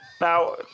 Now